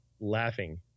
laughing